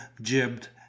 jibbed